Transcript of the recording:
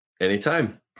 Anytime